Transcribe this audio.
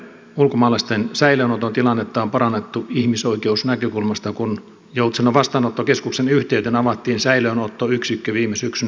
ulkomaalaisten säilöönoton tilannetta on parannettu ihmisoikeusnäkökulmasta kun joutsenon vastaanottokeskuksen yhteyteen avattiin säilöönottoyksikkö viime syksynä